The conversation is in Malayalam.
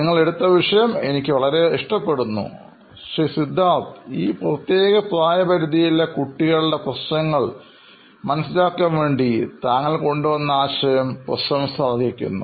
നിങ്ങൾ എടുത്ത വിഷയം എനിക്ക് വളരെ ഇഷ്ടപ്പെടുന്നു ശ്രീ സിദ്ധാർഥ് ഈ പ്രത്യേക പ്രായപരിധിയിലെ കുട്ടികളുടെ പ്രശ്നങ്ങൾ മനസ്സിലാക്കാൻ വേണ്ടി താങ്കൾ കൊണ്ടുവന്ന ആശയം പ്രശംസ അർഹിക്കുന്നു